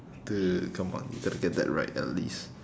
dude come on you gotta get that right at least